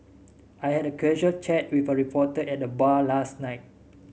I had a casual chat with a reporter at the bar last night